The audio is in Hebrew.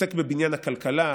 שעוסק בבניין הכלכלה,